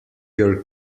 your